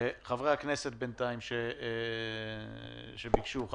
חברי הכנסת שביקשו, בבקשה.